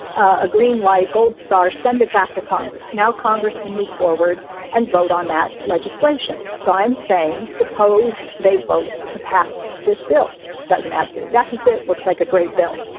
a green light gold star, send it back to congress. now, congress can move forward and vote on that legislation. so i'm saying suppose they vote to pass this bill doesn't add to the deficit. looks like a great bill.